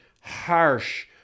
harsh